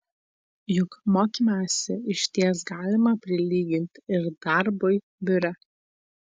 juk mokymąsi išties galima prilyginti ir darbui biure